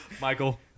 Michael